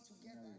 together